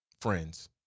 Friends